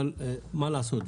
אבל מה לעשות,